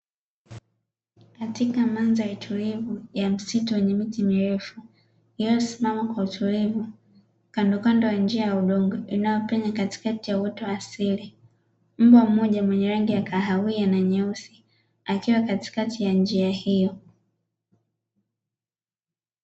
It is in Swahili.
Katika madhari tulivu ya msitu wenye miti mirefu iliyosimama kwa utulivu kando kando ya njia ya udongo inayopenya katikati ya uoto wa asili, mbwa mmoja mwenye rangi ya kahawia na nyeusi akiwa katikati ya njia hiyo.